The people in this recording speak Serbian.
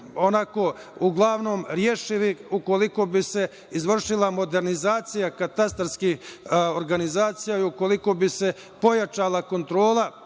su uglavnom rešivi, ukoliko bi se izvršila modernizacija katastarskih organizacija i ukoliko bi se pojačala kontrola